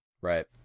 Right